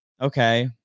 Okay